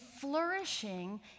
flourishing